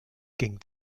ging